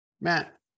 matt